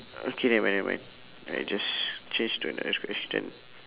okay nevermind nevermind I just change to another question